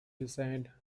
designed